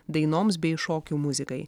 dainoms bei šokių muzikai